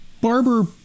barber